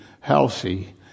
healthy